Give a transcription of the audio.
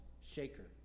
shaker